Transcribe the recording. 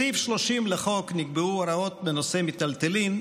בסעיף 30 לחוק נקבעו הוראות בנושא מיטלטלין,